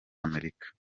amerika